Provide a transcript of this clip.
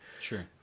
sure